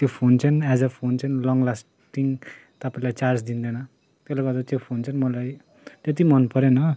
त्यो फोन चाहिँ as a phone चाहिँ लङ लास्टिङ तपाईँलाई चार्ज दिँदैन त्यसले गर्दा त्यो फोन चाहिँ मलाई त्यति मन परेन